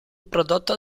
prodotto